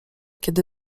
kiedy